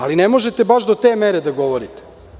Ali, ne možete baš do te mere da govorite.